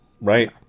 right